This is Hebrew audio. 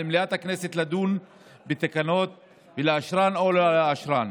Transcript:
על מליאת הכנסת לדון בתקנות ולאשרן או לא לאשרן.